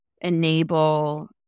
enable